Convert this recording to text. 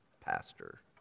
pastor